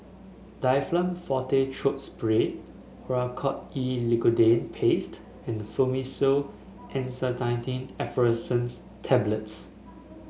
Difflam Forte Throat Spray Oracort E Lidocaine Paste and Fluimucil Acetylcysteine Effervescents Tablets